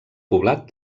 poblat